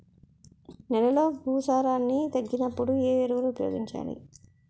నెలలో భూసారాన్ని తగ్గినప్పుడు, ఏ ఎరువులు ఉపయోగించాలి?